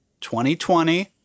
2020